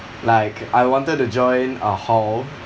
like I wanted to join a hall